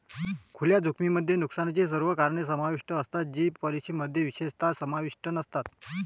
खुल्या जोखमीमध्ये नुकसानाची सर्व कारणे समाविष्ट असतात जी पॉलिसीमध्ये विशेषतः समाविष्ट नसतात